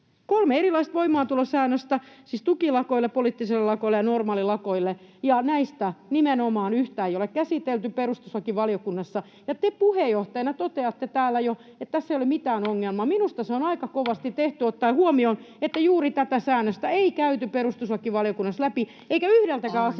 kolme erilaista voimaantulosäännöstä — siis tukilakoille, poliittisille lakoille ja normaaleille lakoille, ja näistä nimenomaan yhtä ei ole käsitelty perustuslakivaliokunnassa. Te puheenjohtajana toteatte täällä jo, että tässä ei ole mitään ongelmaa. Minusta se on aika kovasti tehty ottaen huomioon, että juuri tätä säännöstä ei käyty perustuslakivaliokunnassa läpi [Puhemies: Aika!]